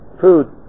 food